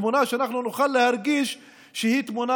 תמונה שאנחנו נוכל להרגיש שהיא תמונה